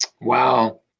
Wow